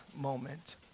moment